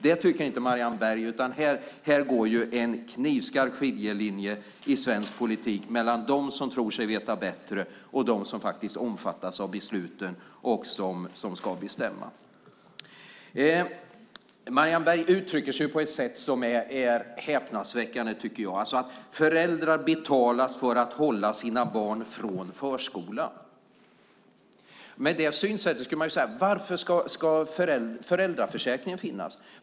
Det tycker inte Marianne Berg, utan här går en knivskarp skiljelinje i svensk politik mellan dem som tror sig veta bättre och dem som omfattas av besluten och som ska bestämma. Marianne Berg uttrycker sig på ett sätt som är häpnadsväckande, tycker jag. Hon säger att föräldrar betalas för att hålla sina barn från förskola. Med det synsättet skulle man kunna säga: Varför ska föräldraförsäkringen finnas?